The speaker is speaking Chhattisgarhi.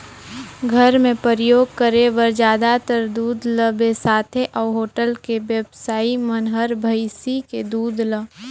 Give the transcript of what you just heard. घर मे परियोग करे बर जादातर दूद ल बेसाथे अउ होटल के बेवसाइ मन हर भइसी के दूद ल